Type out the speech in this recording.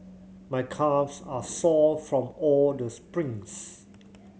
my calves are sore from all the sprints